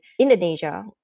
Indonesia